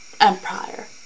empire